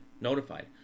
notified